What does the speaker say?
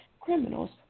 criminals